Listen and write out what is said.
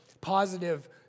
positive